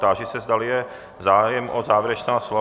Táži se, zdali je zájem o závěrečná slova.